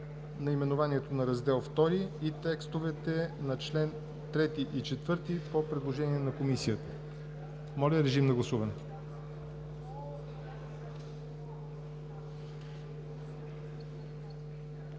наименованието на Раздел II и текстовете на чл. 3 и 4 по предложение на Комисията. Моля, гласувайте.